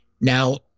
Now